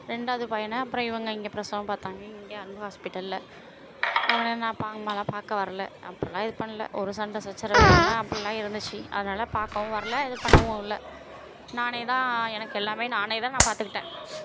ரெண்டாவது பையனை அப்புறம் இவங்க இங்கே பிரசவம் பார்த்தாங்க இங்கே அன்பு ஹாஸ்பிட்டலில் அவனை நான் அப்பா அம்மாலாம் பார்க்க வரலை அப்போல்லாம் இது பண்ணல ஒரு சண்டை சச்சரவுகள்லாம் அப்புடில்லாம் இருந்துச்சு அதனால் பார்க்கவும் வரலை இது பண்ணவும் இல்லை நானே தான் எனக்கு எல்லாமே நானே தான் நான் பார்த்துக்கிட்டேன்